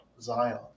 Zion